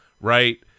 right